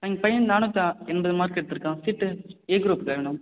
எங்கள் பையன் நானூற்றிஎண்பது மார்க் எடுத்திருக்கான் சீட்டு ஏ குரூப் வேணும்